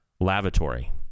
lavatory